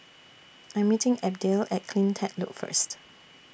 I Am meeting Abdiel At CleanTech Loop First